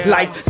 Life